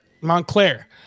Montclair